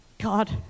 God